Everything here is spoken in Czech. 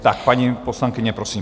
Tak paní poslankyně, prosím.